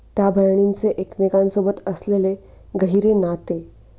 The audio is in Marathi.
त्या बहिणींचे एकमेकांसोबत असलेले गहिरे नाते